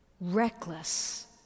Reckless